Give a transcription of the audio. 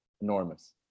enormous